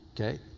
Okay